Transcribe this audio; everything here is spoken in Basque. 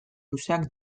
luzeak